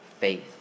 faith